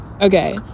Okay